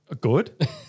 Good